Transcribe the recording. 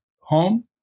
home